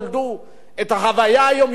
את ההוויה היומיומית שלהם,